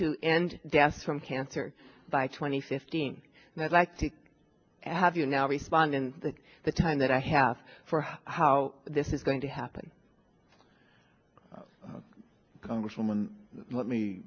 to end deaths from cancer by twenty fifteen and i'd like to have you now respond and that the time that i have for how this is going to happen congresswoman let me